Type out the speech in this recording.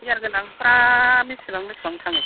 गियार गोनांफ्रा बेसेबां बेसेबां फानो